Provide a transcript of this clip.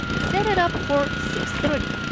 set it up for six thirty.